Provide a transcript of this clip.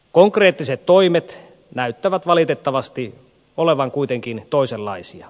konkreettiset toimet näyttävät valitettavasti olevan kuitenkin toisenlaisia